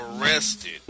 arrested